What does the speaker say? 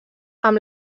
amb